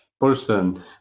person